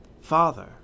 Father